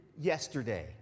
yesterday